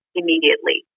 immediately